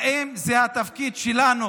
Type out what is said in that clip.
האם זה התפקיד שלנו,